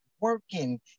working